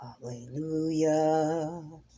Hallelujah